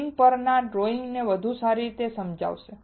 screen પરનો drawing તેને વધુ સારી રીતે સમજાવશે